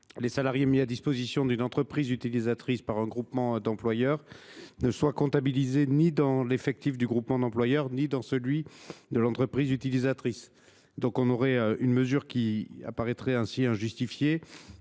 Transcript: Les salariés mis à la disposition d’une entreprise utilisatrice par un groupement d’employeurs ne seraient comptabilisés ni dans les effectifs du groupement d’employeurs ni dans ceux de l’entreprise utilisatrice. Une telle mesure serait non seulement injustifiée,